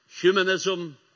humanism